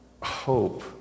hope